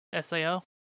Sao